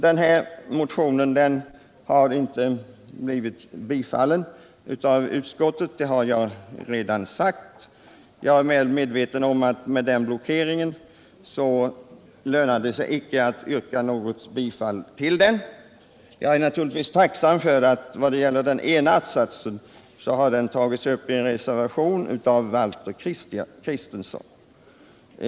Denna motion har, som jag redan anfört, inte blivit tillstyrkt av utskottet. Jag är medveten om att det med den blockeringen inte lönar sig att yrka något bifall till motionen. Jag är naturligtvis tacksam för att den ena att-satsen har tagits upp i en reservation av Valter Kristenson.